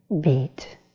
beat